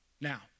now